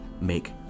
make